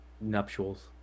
nuptials